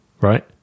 right